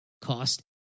cost